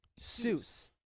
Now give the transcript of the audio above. Seuss